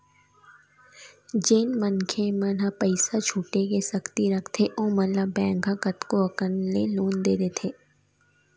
जेन मनखे मन ह पइसा छुटे के सक्ति रखथे ओमन ल बेंक ह कतको अकन ले लोन दे देथे